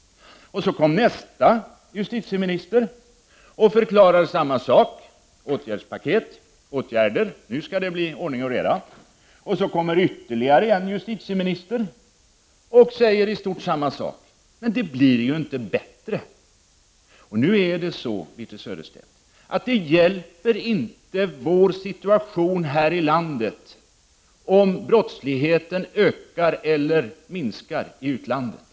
Sedan kom nästa justitieminister och förklarade samma sak, dvs. att åtgärder skulle vidtas. Så kommer ytterligare en justitieminister och säger i stort sett samma sak. Men det blir ju inte bättre. Birthe Sörestedt, det har ingen betydelse för Sverige om brottsligheten ökar eller minskar i utlandet.